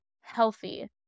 healthy